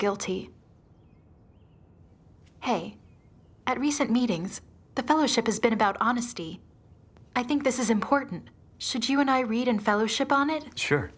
guilty hey at recent meetings the fellowship has been about honesty i think this is important should you and i read and fellowship on it sure